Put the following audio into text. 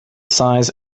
size